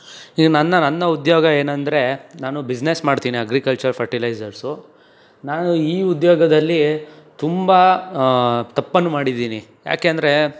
ಈ ನನ್ನ ನನ್ನ ಉದ್ಯೋಗ ಏನೆಂದ್ರೆ ನಾನು ಬಿಸ್ನೆಸ್ ಮಾಡ್ತೀನಿ ಅಗ್ರಿಕಲ್ಚರ್ ಫರ್ಟಿಲೈಝರ್ಸು ನಾನು ಈ ಉದ್ಯೋಗದಲ್ಲಿ ತುಂಬ ತಪ್ಪನ್ನು ಮಾಡಿದ್ದೀನಿ ಏಕೆಂದ್ರೆ